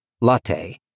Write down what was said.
Latte